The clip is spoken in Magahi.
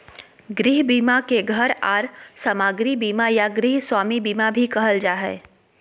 गृह बीमा के घर आर सामाग्री बीमा या गृहस्वामी बीमा भी कहल जा हय